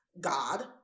God